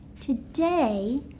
Today